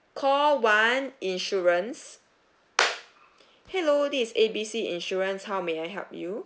call one insurance hello this is A B C insurance how may I help you